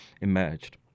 emerged